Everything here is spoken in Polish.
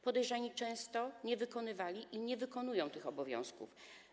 Podejrzani często nie wykonywali ani nie wykonują tych obowiązków.